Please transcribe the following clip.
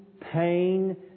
pain